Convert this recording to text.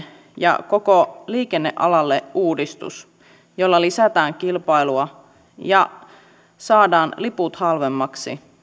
ja koko liikennealalle uudistus jolla lisätään kilpailua ja saadaan liput halvemmiksi